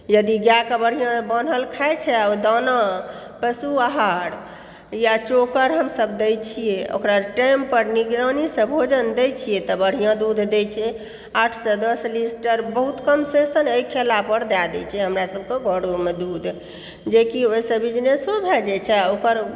यदि गायके बढ़िआँ बान्हल खाइ छै आओर ओ दाना पशु आहार या चोकर हमसब दै छियै ओकरा टाइमपर निगरानीसँ भोजन दै छियै तऽ बढ़िआँ दूध दै छै आठसँ दस लीटर बहुत कमसँ कम अय खेलापर दै दै छै हमरा सबके घरोमे दूध जेकि ओहिसँ बिजनेसो भए जाइ छै आओर ओकर